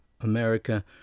America